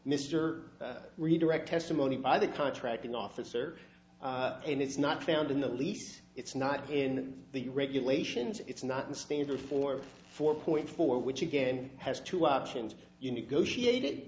mr redirect testimony by the contracting officer and it's not found in the lease it's not in the regulations it's not in standard form four point four which again has two options you negotiate